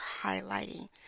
highlighting